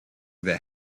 that